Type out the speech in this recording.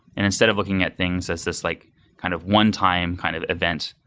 and instead of looking at things as this like kind of one-time kind of event,